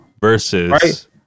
versus